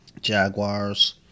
Jaguars